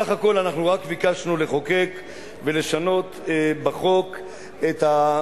בסך הכול אנחנו רק ביקשנו לחוקק ולשנות בחוק את,